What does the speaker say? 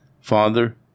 father